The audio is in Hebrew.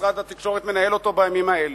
משרד התקשורת מנהל אותו בימים האלה.